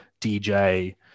DJ